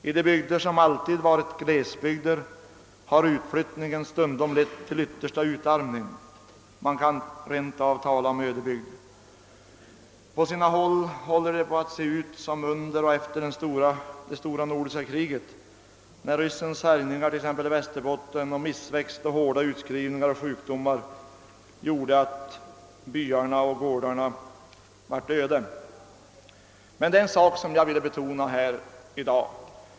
I de bygder som alltid varit glesbygder har utflyttningen stundom lett till yttersta utarmning — man kan rent av tala om ödebygd. På sina håll ser det snart ut som under och efter det stora nordiska kriget, när ryssarna härjade t.ex. i Västerbotten och missväxt och hårda utskrivningar av soldater samt sjukdomar gjorde att gårdarna och byarna lades öde. Det är särskilt en sak som jag vill betona här i dag.